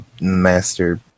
Master